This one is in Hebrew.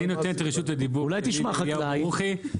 אני נותן את רשות הדיבור לאליהו ברוכי,